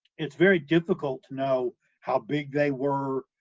it's very difficult to know how big they were,